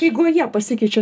jeigu jie pasikeičia